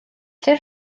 llyfr